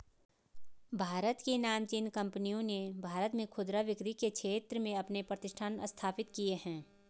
भारत की नामचीन कंपनियों ने भारत में खुदरा बिक्री के क्षेत्र में अपने प्रतिष्ठान स्थापित किए हैं